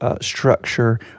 structure